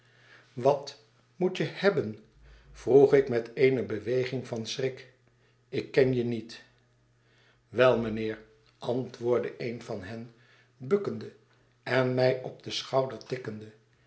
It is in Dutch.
wat moet je hebben vroeg ik met eene beweging van schrik u ik ken je niet wei mynheer antwoordde een van hen bukkende en mij op den schouder tikkende